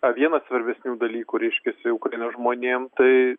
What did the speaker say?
vienas svarbesnių dalykų reiškiasi ukrainos žmonėm tai